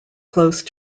close